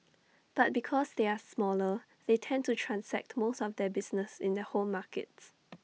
but because they are smaller they tend to transact most of their business in their home markets